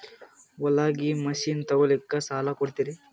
ಹೊಲಗಿ ಮಷಿನ್ ತೊಗೊಲಿಕ್ಕ ಸಾಲಾ ಕೊಡ್ತಿರಿ?